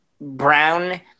Brown